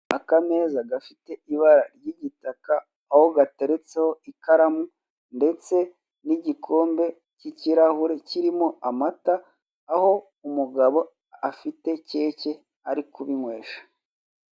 Akameza gafite ibara ry'igitaka aho gateretseho ikaramu ndetse n'igikombe k'ikirahure kirimo amata aho umugabo afite keke ari kubinywesha.